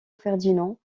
ferdinand